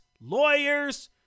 lawyers